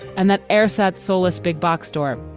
and that airside, soulless, big box store.